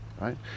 right